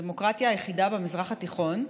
הדמוקרטיה היחידה במזרח התיכון,